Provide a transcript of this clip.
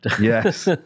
Yes